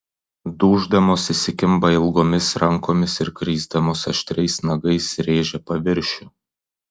duždamos įsikimba ilgomis rankomis ir krisdamos aštriais nagais rėžia paviršių